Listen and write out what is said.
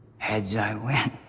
heads, i win.